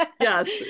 Yes